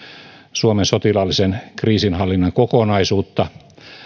suomen sotilaallisen kriisinhallinnan kokonaisuutta